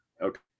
okay